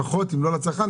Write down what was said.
לפחות אם לא לצרכן,